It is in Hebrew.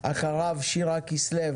אחריו שירה כסליו